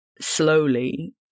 slowly